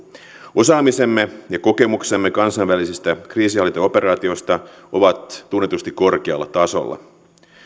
osaamisemme ja kokemuksemme kansainvälisistä kriisinhallintaoperaatioista ovat tunnetusti korkealla tasolla